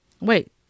Wait